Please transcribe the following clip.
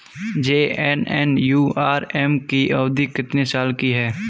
JNNURM की अवधि कितने साल की है?